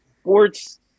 sports